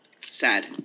sad